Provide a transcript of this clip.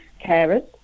carers